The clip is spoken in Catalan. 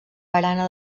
barana